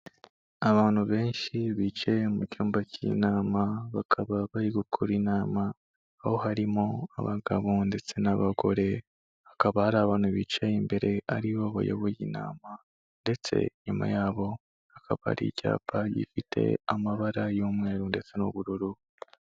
Abantu benshi bicaye mu cyumba cy'inama, bakaba bari gukora inama, aho harimo abagabo ndetse n'abagore, hakaba hari abantu bicaye imbere ari bo bayoboye inama ndetse inyuma yabo hakaba ari icyapa gifite amabara y'umweru ndetse n'ubururu.